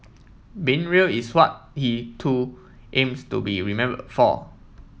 being real is what he too aims to be remembered for